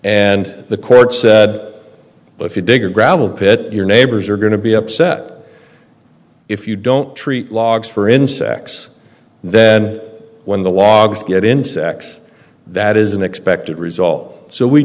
and the court said but if you dig a gravel pit your neighbors are going to be upset if you don't treat logs for insects then when the logs get insects that is an expected result so we